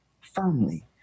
firmly